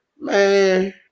Man